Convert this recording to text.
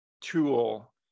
tool